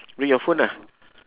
bring your phone lah